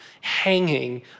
hanging